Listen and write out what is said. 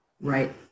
Right